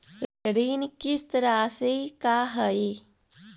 ऋण किस्त रासि का हई?